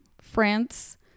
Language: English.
France